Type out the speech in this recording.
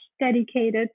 dedicated